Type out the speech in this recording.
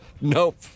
Nope